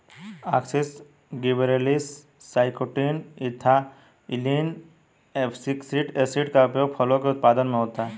auxin, gibberellins, cytokinin, ethylene, abscisic acid का उपयोग फलों के उत्पादन में होता है